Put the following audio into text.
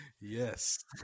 Yes